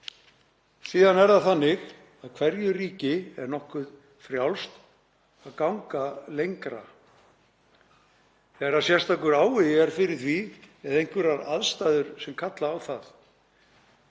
Síðan er það þannig að hverju ríki er nokkuð frjálst að ganga lengra þegar sérstakur áhugi er fyrir því eða einhverjar aðstæður kalla á það.